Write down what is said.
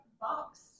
box